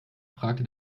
fragte